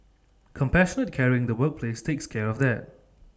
compassionate caring in the workplace takes care of that